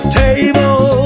table